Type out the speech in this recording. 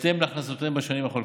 בהתאם להכנסותיהם בשנים החולפות.